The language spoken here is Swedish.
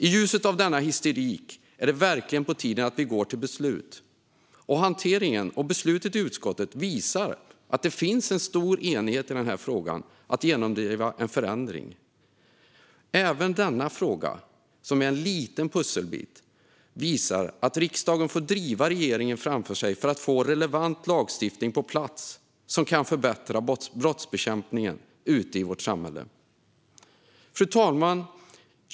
I ljuset av denna historik är det verkligen på tiden att vi går till beslut. Hanteringen och beslutet i utskottet visar att det finns en stor enighet i fråga om att genomdriva en förändring. Även denna fråga, som är en liten pusselbit, visar att riksdagen får driva regeringen framför sig för att få på plats relevant lagstiftning som kan förbättra brottsbekämpningen ute i vårt samhälle. Fru talman!